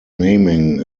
naming